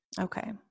okay